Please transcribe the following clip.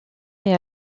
mais